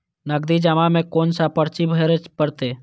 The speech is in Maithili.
नगदी जमा में कोन सा पर्ची भरे परतें?